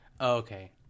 Okay